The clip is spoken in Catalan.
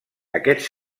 aquests